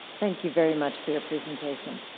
thank you very much for your presentation.